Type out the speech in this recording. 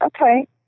Okay